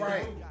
Right